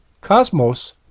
Cosmos